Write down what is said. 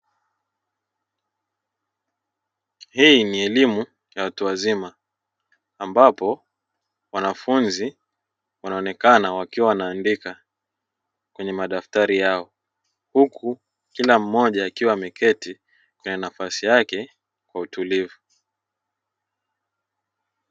Hii ni elimu ya watu wazima ambapo wanafunzi wanaonekana wakiwa wanaandika kwenye madaftari yao huku kila mmoja akiwa ameketi kwenye nafasi yake kwa utulivu.